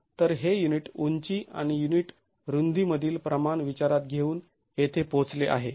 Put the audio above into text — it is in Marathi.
तर हे युनिट उंची आणि युनिट रुंदी मधील प्रमाण विचारात घेऊन येथे पोहोचले आहे